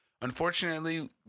unfortunately